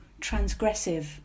transgressive